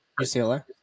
UCLA